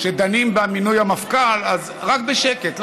שדנים במינוי המפכ"ל, אז רק בשקט.